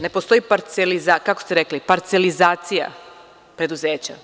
Ne postoji, kako ste rekli, parcelizacija preduzeća.